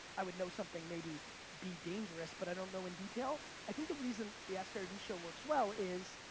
i would know something may be be dangerous but i don't know in detail. i think the reason the askgaryvee show works well is,